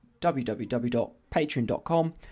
www.patreon.com